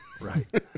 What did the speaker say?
Right